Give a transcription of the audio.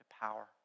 power